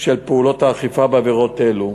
של פעולות האכיפה בעבירות אלו.